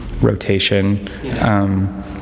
rotation